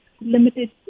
limited